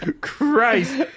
Christ